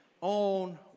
on